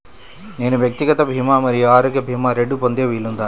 నేను వ్యక్తిగత భీమా మరియు ఆరోగ్య భీమా రెండు పొందే వీలుందా?